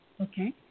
Okay